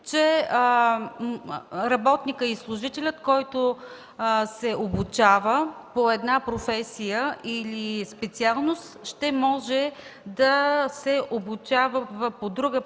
че работникът или служителят, който се обучава по една професия или специалност, ще може да се обучава по друга професия